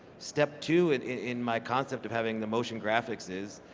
step two and in my concept of having the motion graphics is,